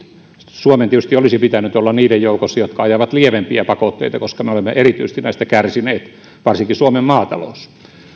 suomen olisi tietysti pitänyt olla niiden joukossa jotka ajavat lievempiä pakotteita koska me olemme näistä erityisesti kärsineet varsinkin suomen maatalous